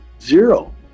zero